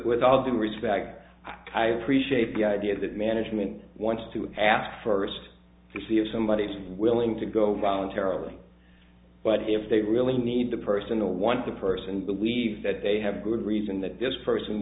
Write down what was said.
with all due respect i appreciate the idea that management wants to ask first to see if somebody is willing to go voluntarily but if they really need the personal once a person believes that they have a good reason that this person